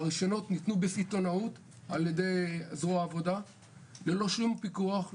הרישיונות ניתנו בסיטונאות על ידי זרוע עבודה ללא שום פיקוח,